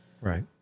Right